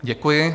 Děkuji.